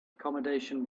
accommodation